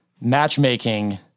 matchmaking